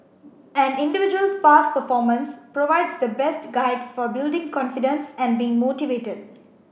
an individual's past performance provides the best guide for building confidence and being motivated